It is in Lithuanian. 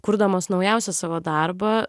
kurdamos naujausią savo darbą